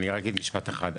אני רק אגיד משפט אחד.